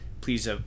please